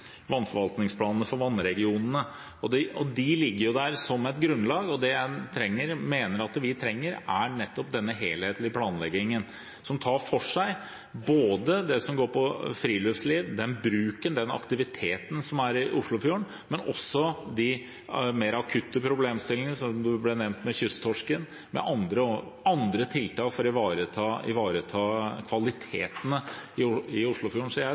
vannforvaltningsplanene for vannregionene Glomma og Vest-Viken er på plass. De ligger der som et grunnlag, og det jeg mener at vi trenger, er nettopp denne helhetlige planleggingen som tar for seg både det som handler om friluftsliv, bruken og aktiviteten som er i Oslofjorden, og det som er de mer akutte problemstillingene, f.eks. knyttet til kysttorsken, som ble nevnt, og andre tiltak for å ivareta kvalitetene i Oslofjorden. Så jeg